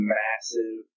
massive